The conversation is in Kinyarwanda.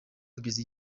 kugeza